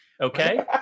Okay